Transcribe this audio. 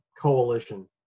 coalition